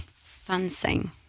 Fencing